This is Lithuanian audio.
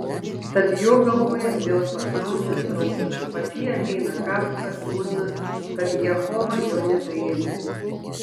tad jo galvoje vėl pasąmonės srautas pas jį ateina kafka liūdnas kad jehova jo nepriėmė